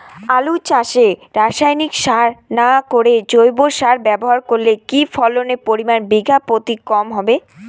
আলু চাষে রাসায়নিক সার না করে জৈব সার ব্যবহার করলে কি ফলনের পরিমান বিঘা প্রতি কম হবে?